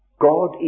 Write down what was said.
God